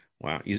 wow